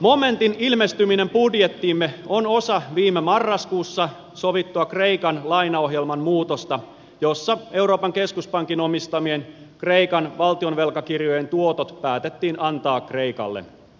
momentin ilmestyminen budjettiimme on osa viime marraskuussa sovittua kreikan lainaohjelman muutosta jossa euroopan keskuspankin omistamien kreikan valtion velkakirjojen tuotot päätettiin antaa kreikalle